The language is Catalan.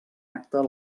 acta